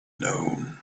known